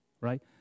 right